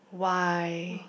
why